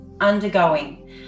undergoing